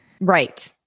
Right